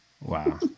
Wow